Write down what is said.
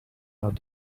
out